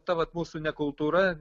ta vat mūsų ne kultūra